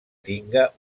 tinga